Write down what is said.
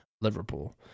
Liverpool